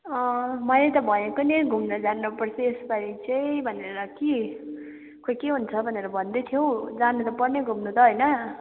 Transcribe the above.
अँ मैले त भनेको नि घुम्न जानुपर्छ यस पालि चाहिँ भनेर कि खोई के हुन्छ भनेर भन्दै थियो जानु त पर्ने घुम्नु त होइन